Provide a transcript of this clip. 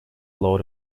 lord